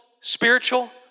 spiritual